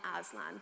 Aslan